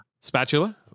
Spatula